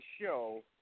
show